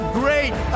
great